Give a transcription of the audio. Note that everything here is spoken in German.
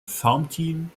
farmteam